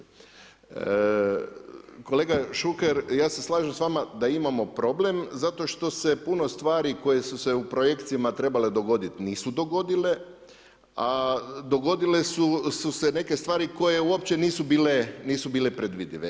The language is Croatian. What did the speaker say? Kolega Šuker ja se slažem s vama da imamo problem zato što se puno stvari koje su se u projekcijama trebale dogodit nisu dogodile, a dogodile su se neke stvari koje uopće nisu bile predvidive.